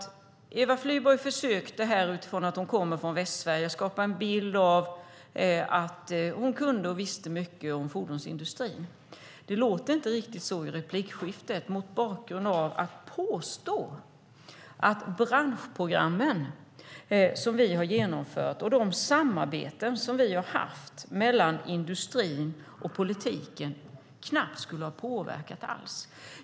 Eva Flyborg försökte utifrån att hon kommer från Västsverige skapa en bild av att hon kunde och visste mycket om fordonsindustrin, men det lät inte riktigt så i replikskiftet när hon påstod att branschprogrammen som vi har genomfört och de samarbeten som vi har haft mellan industrin och politiken knappt skulle ha påverkat alls.